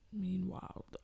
Meanwhile